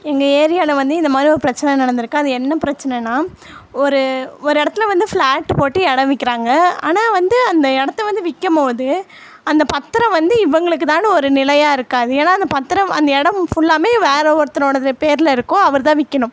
எங்கள் ஏரியாவில் வந்து இந்த மாதிரி ஒரு பிரச்சனை நடந்துருக்குது அது என்ன பிரச்சனைன்னா ஒரு ஒரு இடத்துல வந்து ஃப்ளாட்டு போட்டு இடம் விற்கிறாங்க ஆனால் வந்து அந்த இடத்த வந்து விற்க போது அந்த பத்திரம் வந்து இவங்களுக்கு தான்னு ஒரு நிலையா இருக்காது ஏன்னா அந்த பத்திரம் அந்த இடம் ஃபுல்லாமே வேற ஒருத்தரோடதுல பேரில் இருக்கும் அவரு தான் விற்கிணும்